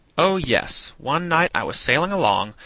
oh yes one night i was sailing along,